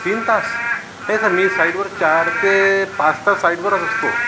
तीन तास नाही सर मी साईडवर चार ते पाच तास साईडवरच असतो